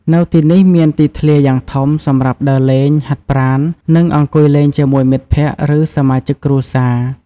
នៅទីនេះមានទីធ្លាយ៉ាងធំ សម្រាប់ដើរលេង ហាត់ប្រាណ និងអង្គុយលេងជាមួយមិត្តភក្តិ ឬសមាជិកគ្រួសារ។